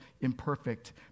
imperfect